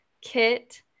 Kit